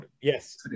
yes